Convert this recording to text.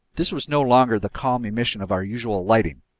this was no longer the calm emission of our usual lighting!